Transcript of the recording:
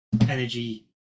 energy